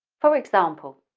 for example,